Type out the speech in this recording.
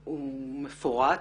ומפורט.